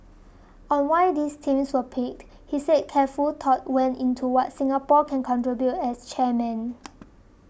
on why these themes were picked he said careful thought went into what Singapore can contribute as chairman